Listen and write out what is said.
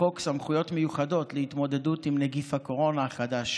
לחוק סמכויות מיוחדות להתמודדות עם נגיף הקורונה החדש,